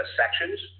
sections